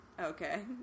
okay